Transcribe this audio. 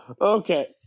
okay